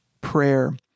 prayer